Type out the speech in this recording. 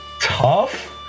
tough